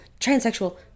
transsexual